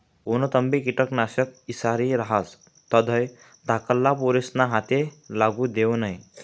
कोणतंबी किटकनाशक ईषारी रहास तधय धाकल्ला पोरेस्ना हाते लागू देवो नै